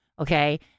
okay